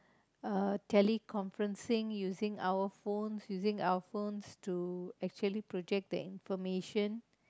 uh teleconferencing using our phones using our phones to actually project the information